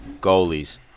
goalies